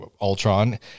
Ultron